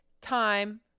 time